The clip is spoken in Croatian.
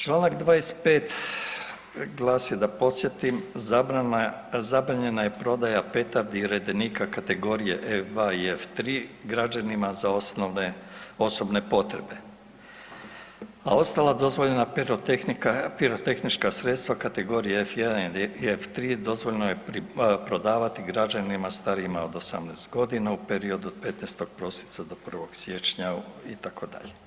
Čl. 25. glasi da podsjetim zabrana „zabranjena je prodaja petardi i redenika kategorije F2 i F3 građanima za osnovne, osobne potrebe, a ostala dozvoljena pirotehnička sredstva kategorije F1 i F3 dozvoljeno je prodavati građanima starijima od 18.g. u periodu od 15. prosinca do 1. siječnja“ itd.